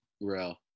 real